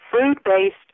food-based